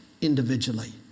individually